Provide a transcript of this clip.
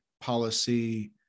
policy